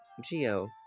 Geo